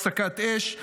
הפסקת אש.